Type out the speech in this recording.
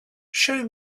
show